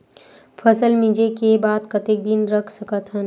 फसल मिंजे के बाद कतेक दिन रख सकथन?